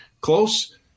close